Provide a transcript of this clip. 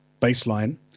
baseline